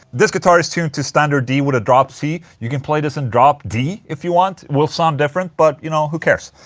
this guitar is tuned to standard d with a drop c you can play this in drop d if you want, will sound different, but you know, who cares?